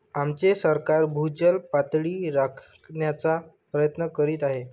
आमचे सरकार भूजल पातळी राखण्याचा प्रयत्न करीत आहे